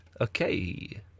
Okay